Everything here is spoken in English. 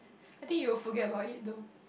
I think you forget about it though